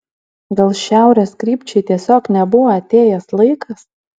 gal šiaurės krypčiai tiesiog nebuvo atėjęs laikas